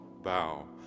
bow